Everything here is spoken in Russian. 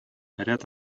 ряд